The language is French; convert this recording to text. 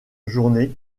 journées